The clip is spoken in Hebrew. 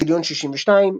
גל' 62,